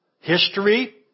history